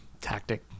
tactic